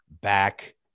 back